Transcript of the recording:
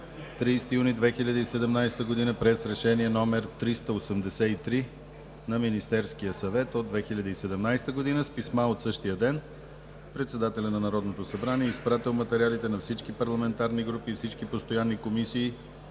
30 юни 2017 г., през Решение № 383 на Министерския съвет от 2017 г. С писма от същия ден, председателят на Народното събрание е изпратил материалите на всички парламентарни групи и всички постоянни комисии,